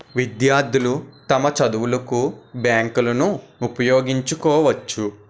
విద్యార్థులు తమ చదువులకు బ్యాంకులను ఉపయోగించుకోవచ్చు